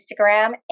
instagram